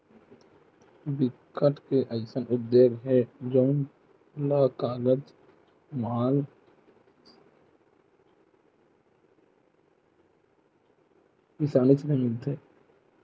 बिकट के अइसे उद्योग हे जउन ल कच्चा माल किसानीच ले मिलथे